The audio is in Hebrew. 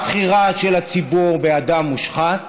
הבחירה של הציבור באדם מושחת